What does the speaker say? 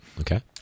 Okay